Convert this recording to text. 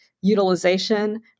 utilization